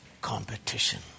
competition